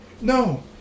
No